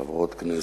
חברות הכנסת,